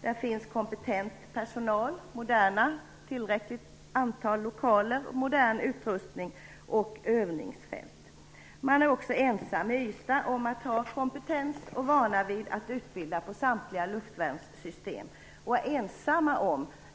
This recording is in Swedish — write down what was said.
Där finns kompetent personal, moderna lokaler i tillräckligt antal, modern utrustning och övningsfält. Man är i Ystad också ensam om att ha kompetens för och vana vid att utbilda för samtliga luftvärnssystem. Man är ensam